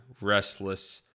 Restless